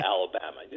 Alabama